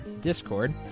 Discord